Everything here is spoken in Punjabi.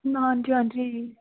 ਹਾਂਜੀ ਹਾਂਜੀ